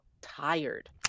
tired